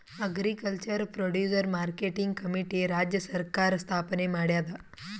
agriculture producer marketing committee ರಾಜ್ಯ ಸರ್ಕಾರ್ ಸ್ಥಾಪನೆ ಮಾಡ್ಯಾದ